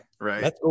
right